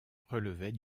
relevait